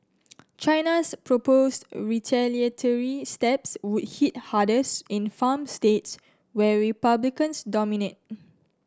China's proposed retaliatory steps would hit hardest in farm states where Republicans dominate